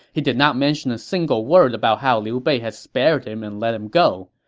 he did not mention a single word about how liu bei had spared him and let him go.